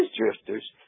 drifters